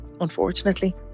unfortunately